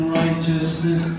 righteousness